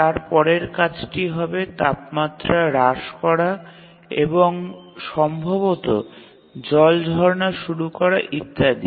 তারপরের কাজটি হবে তাপমাত্রা হ্রাস করা এবং সম্ভবত জল ঝরনা শুরু করা ইত্যাদি